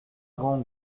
grands